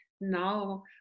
now